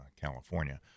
California